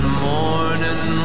morning